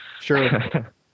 Sure